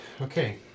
Okay